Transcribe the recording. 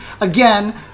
again